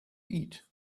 eat